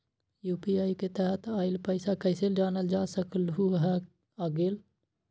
UPI के तहत आइल पैसा कईसे जानल जा सकहु की आ गेल?